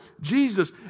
Jesus